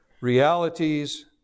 realities